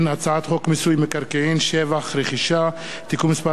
הצעת חוק מיסוי מקרקעין (שבח ורכישה) (תיקון מס'